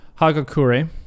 Hagakure